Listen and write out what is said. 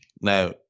Now